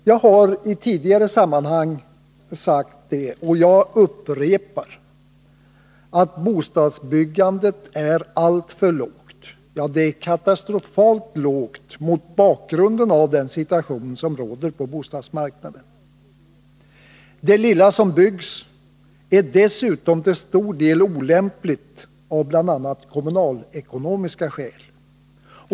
Jag har i tidigare sammanhang sagt — och jag upprepar — att bostadsbyggandet är alltför lågt, ja, att det är katastrofalt lågt mot bakgrund av den situation som råder på bostadsmarknaden. Det lilla som byggs är dessutom till stor del olämpligt, bl.a. av kommunalekonomiska skäl.